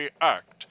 Act